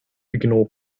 ignore